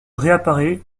réapparaît